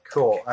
Cool